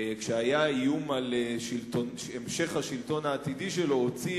כשהיה איום על המשך השלטון העתידי שלו הוא הוציא